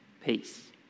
peace